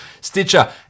Stitcher